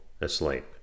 asleep